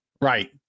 Right